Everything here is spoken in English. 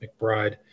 McBride